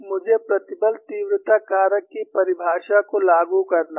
मुझे प्रतिबल तीव्रता कारक की परिभाषा को लागू करना है